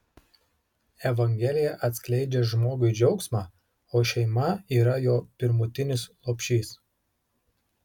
evangelija atskleidžia žmogui džiaugsmą o šeima yra jo pirmutinis lopšys